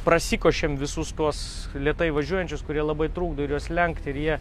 prasikošėm visus tuos lėtai važiuojančius kurie labai trukdo ir juos lenkt ir jie